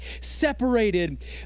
separated